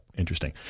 Interesting